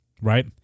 right